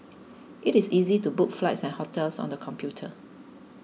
it is easy to book flights and hotels on the computer